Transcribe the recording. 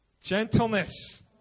gentleness